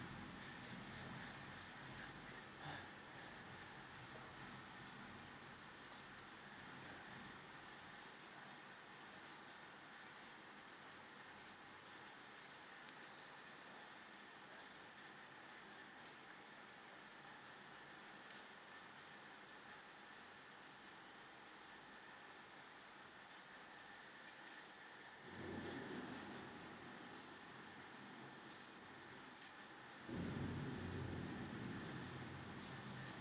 (huh)